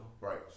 Right